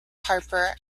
harper